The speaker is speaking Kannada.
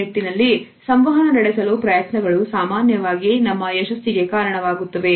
ಈ ನಿಟ್ಟಿನಲ್ಲಿ ಸಂವಹನ ನಡೆಸಲು ಪ್ರಯತ್ನಗಳು ಸಾಮಾನ್ಯವಾಗಿ ನಮ್ಮ ಯಶಸ್ಸಿಗೆ ಕಾರಣವಾಗುತ್ತವೆ